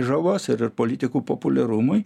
žalos ir politikų populiarumui